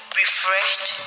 refreshed